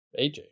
AJ